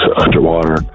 underwater